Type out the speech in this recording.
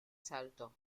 salto